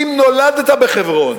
אם נולדת בחברון